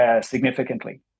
Significantly